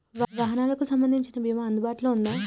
వాహనాలకు సంబంధించిన బీమా అందుబాటులో ఉందా?